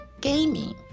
gaming